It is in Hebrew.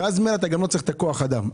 ואז גם לא צריך את כוח האדם.